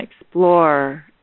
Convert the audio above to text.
explore